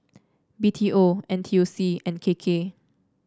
B T O N T U C and K K